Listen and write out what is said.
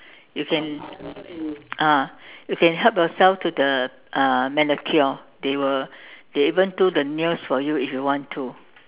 you can ah you can help yourself to the uh manicure they will they even do the nails for you if you want to